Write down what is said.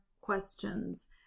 questions